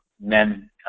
men